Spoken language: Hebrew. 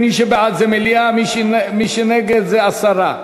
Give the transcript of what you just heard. מי שבעד זה מליאה, מי שנגד זה הסרה.